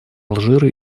алжира